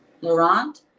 Laurent